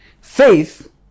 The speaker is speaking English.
Faith